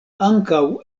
ankaŭ